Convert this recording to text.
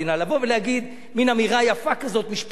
לבוא ולהגיד מין אמירה יפה כזאת, משפטית.